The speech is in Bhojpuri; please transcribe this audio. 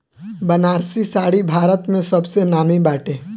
बनारसी साड़ी भारत में सबसे नामी बाटे